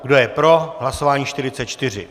Kdo je pro hlasování 44.